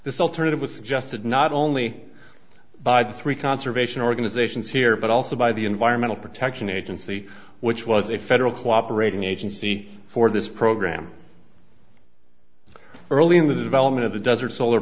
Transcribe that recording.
alternative was suggested not only by the three conservation organizations here but also by the environmental protection agency which was a federal cooperating agency for this program early in the development of the desert solar